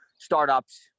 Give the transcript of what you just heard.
startups